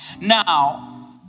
Now